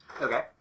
Okay